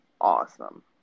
awesome